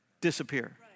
disappear